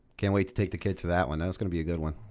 can't wait to take the kids to that one that's gonna be a good one.